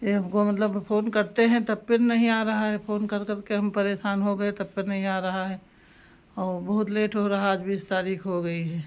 यह हमको मतलब फ़ोन करते हैं तब पर नहीं आ रहा है फ़ोन कर करके हम परेशान हो गए तब पर नहीं आ रहा है औ बहुत लेट हो रहा आज बीस तारीख हो गई है